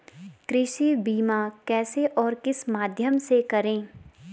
कृषि बीमा कैसे और किस माध्यम से करें?